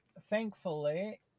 thankfully